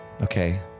Okay